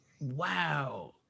Wow